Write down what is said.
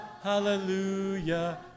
hallelujah